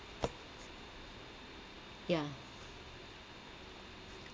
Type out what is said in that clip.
yeah